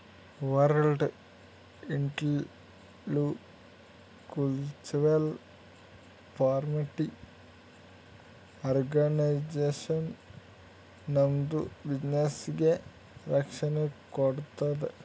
world intellectual property organisation ನಮ್ದು ಬಿಸಿನ್ನೆಸ್ಗ ರಕ್ಷಣೆ ಕೋಡ್ತುದ್